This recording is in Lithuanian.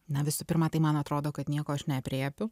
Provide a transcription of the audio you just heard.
na visų pirma tai man atrodo kad nieko aš neaprėpiu